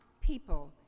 people